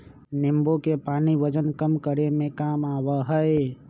नींबू के पानी वजन कम करे में काम आवा हई